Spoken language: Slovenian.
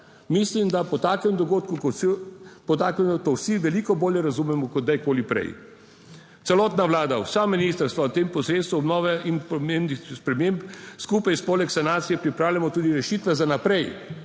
Mislim, da po takem dogodku kot po takem to vsi veliko bolje razumemo kot kdajkoli prej. Celotna vlada, vsa ministrstva v tem procesu obnove in podnebnih sprememb skupaj s poleg sanacije pripravljamo tudi rešitve za naprej.